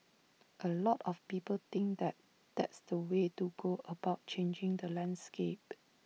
A lot of people think that that's the way to go about changing the landscape